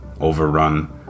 overrun